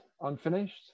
unfinished